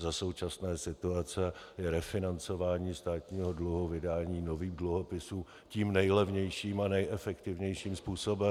Za současné situace je refinancování státního dluhu vydáním nových dluhopisů tím nejlevnějším a nejefektivnějším způsobem.